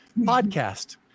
Podcast